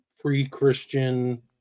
pre-Christian